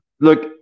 look